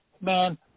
Man